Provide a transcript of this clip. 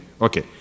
okay